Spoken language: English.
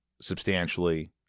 substantially